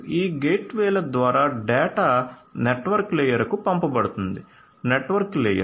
ఈ గేట్వేల ద్వారా డేటా నెట్వర్క్ లేయర్కు పంపబడుతుంది నెట్వర్క్ లేయర్